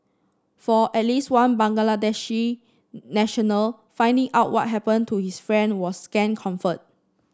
for at least one Bangladeshi national finding out what happened to his friend was scant comfort